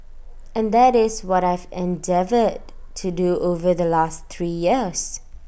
and that is what I've endeavoured to do over the last three years